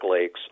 lakes